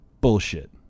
Bullshit